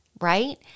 right